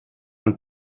and